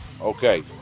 Okay